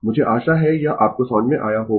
मुझे आशा है यह आपको समझ में आया होगा